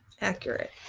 accurate